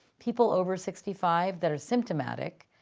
people over sixty five that are symptomatic.